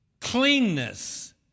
cleanness